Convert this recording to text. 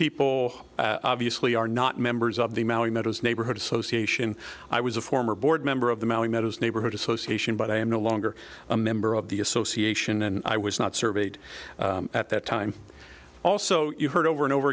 people obviously are not members of the mountain meadows neighborhood association i was a former board member of the mountain meadows neighborhood association but i am no longer a member of the association and i was not surveyed at that time also you heard over and over